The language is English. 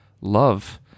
love